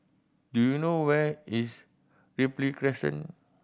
do you know where is Ripley Crescent